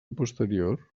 posterior